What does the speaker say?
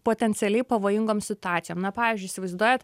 potencialiai pavojingoms situacijoms pavyzdžiui įsivaizduojate